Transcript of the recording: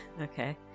Okay